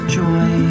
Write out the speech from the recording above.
joy